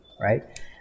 right